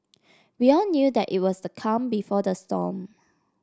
we all knew that it was the calm before the storm